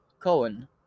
Cohen